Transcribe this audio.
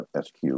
SQ